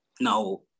now